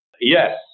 yes